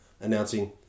announcing